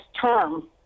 term